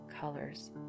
colors